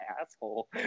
asshole